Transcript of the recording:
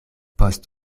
post